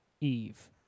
Eve